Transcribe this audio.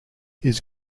his